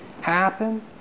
happen